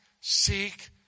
seek